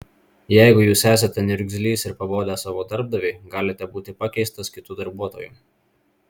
jeigu jūs esate niurgzlys ir pabodęs savo darbdaviui galite būti pakeistas kitu darbuotoju